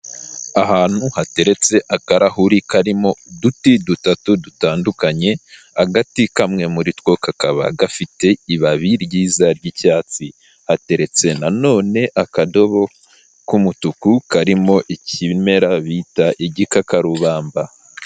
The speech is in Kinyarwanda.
Ahantu hateretse akarahuri karimo uduti dutatu dutandukanye, agati kamwe muri two kakaba gafite ibabi ryiza ry'icyatsi, hateretse na none akadobo k'umutuku karimo ikimera bita igikakarubamba.